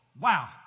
Wow